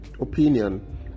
opinion